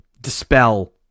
dispel